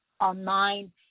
online